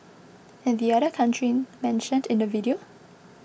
and the other country mentioned in the video